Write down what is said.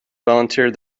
volunteered